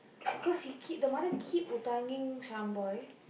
cause he keep the mother keep utang-ing